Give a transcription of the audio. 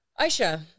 Aisha